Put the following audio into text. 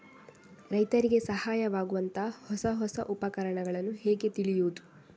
ರೈತರಿಗೆ ಸಹಾಯವಾಗುವಂತಹ ಹೊಸ ಹೊಸ ಉಪಕರಣಗಳನ್ನು ಹೇಗೆ ತಿಳಿಯುವುದು?